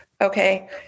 Okay